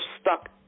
stuck